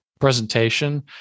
presentation